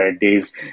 days